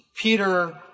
Peter